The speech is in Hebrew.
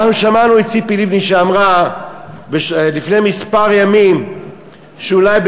אנחנו שמענו את ציפי לבני שאמרה לפני כמה ימים שאולי זה